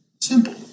simple